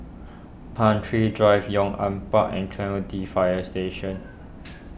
Pan Tree Drive Yong An Park and Clementi Fire Station